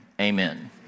amen